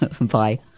Bye